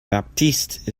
baptiste